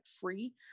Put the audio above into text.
free